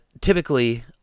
typically